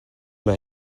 yma